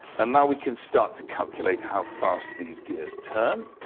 and now we can start to calculate how fast these gears turn.